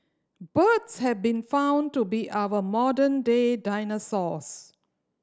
birds have been found to be our modern day dinosaurs